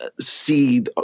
see